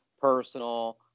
personal